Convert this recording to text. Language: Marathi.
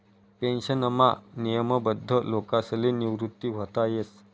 पेन्शनमा नियमबद्ध लोकसले निवृत व्हता येस